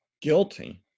guilty